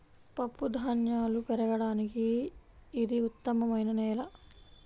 పప్పుధాన్యాలు పెరగడానికి ఇది ఉత్తమమైన నేల